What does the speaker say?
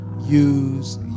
use